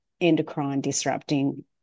endocrine-disrupting